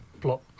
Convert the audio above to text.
plot